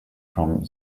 from